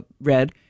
red